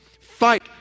Fight